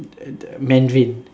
Mandarin